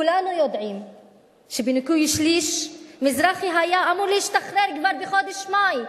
כולנו יודעים שבניכוי שליש מזרחי היה אמור להשתחרר כבר בחודש מאי.